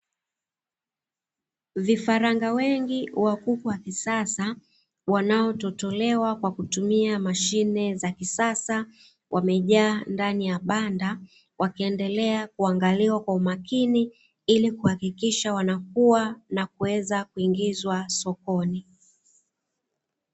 Vifaranga wengi wa kuku wa kisasa, wanatotolewa kwa kutumia mashine za kisasa, wamejaa ndani ya banda wakiendelea kuangaliwa kwa umakini, ili kuhakikisha wanakua na kuweza kuingizwa sokoni.